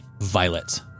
violet